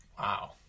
Wow